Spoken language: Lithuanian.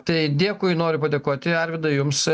tai dėkui noriu padėkoti arvydai jums